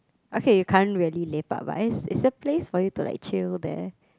okay you can't really lepak but it's it's a place for you to like chill there